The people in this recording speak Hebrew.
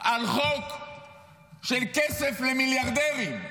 על חוק של כסף למיליארדרים.